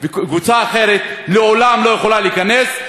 הדירקטורים, וקבוצה אחרת לעולם לא יכולה להיכנס.